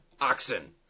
oxen